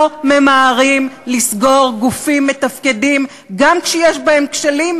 לא ממהרים לסגור גופים מתפקדים גם כשיש בהם כשלים,